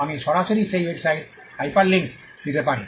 আমি সরাসরি সেই ওয়েবসাইটে হাইপারলিঙ্ক দিতে পারি